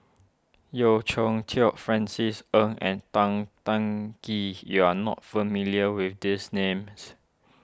Yeo Cheow Tong Francis Ng and Tan Teng Kee you are not familiar with these names